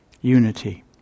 unity